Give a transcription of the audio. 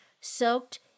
soaked